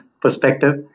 perspective